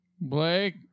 Blake